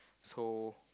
so